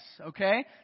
okay